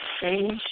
Change